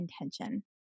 intention